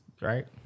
right